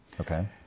Okay